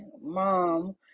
mom